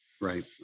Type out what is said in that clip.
Right